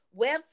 website